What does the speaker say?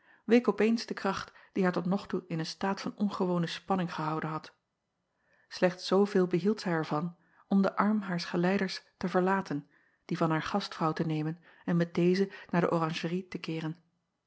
week op eens de kracht die haar tot nog toe in een staat van ongewone spanning gehouden had lechts zooveel behield zij er van om den arm haars geleiders te verlaten dien van haar gastvrouw te nemen en met deze naar de oranjerie te keeren